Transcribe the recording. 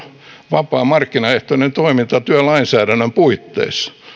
vapaa markkinaehtoinen toiminta työlainsäädännön puitteissa